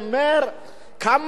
כמה שהתירוצים,